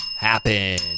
happen